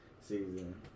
season